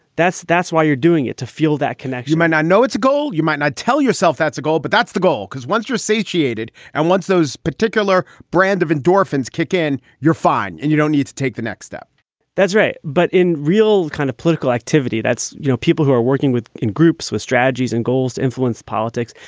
that's that's why you're doing it to feel that connection might not know it's a goal. you might not tell yourself that's a goal, but that's the goal, because once you're satiated and once those particular brand of endorphins kick in, you're fine and you don't need to take the next step that's right. but in real kind of political activity, that's, you know, people who are working with in groups with strategies and goals influence politics.